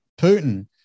Putin